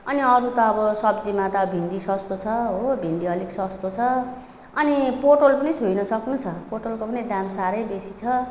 अनि अरू त अब सब्जीमा पनि त भिन्डी सस्तो छ हो भिन्डी अलिक सस्तो छ अनि पोटल पनि छोई नसक्नु छ पोटलको पनि दाम साह्रै बेसी छ